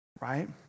right